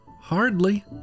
Hardly